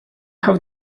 have